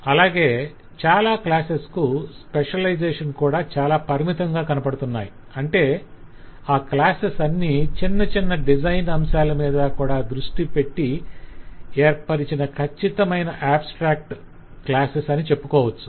అలాగే చాలా క్లాసెస్ కు స్పెషలైజేషన్స్ కూడా చాలా పరిమితంగా కనపడుతున్నాయి అంటే ఆ క్లాసెస్ అన్నీ చిన్నచిన్న డిజైన్ అంశాలమీద కూడా దృష్టిపెట్టి ఏర్పరచిన కచ్చితమైన ఆబ్స్ట్రాక్ట్ క్లాసెస్ అని చెప్పుకోవచ్చు